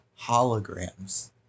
holograms